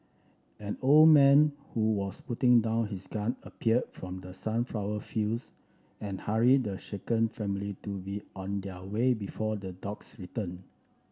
an old man who was putting down his gun appeared from the sunflower fields and hurried the shaken family to be on their way before the dogs return